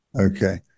Okay